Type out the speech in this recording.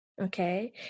Okay